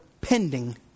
pending